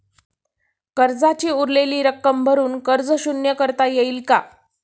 कर्जाची उरलेली रक्कम भरून कर्ज शून्य करता येईल का?